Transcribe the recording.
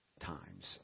times